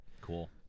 cool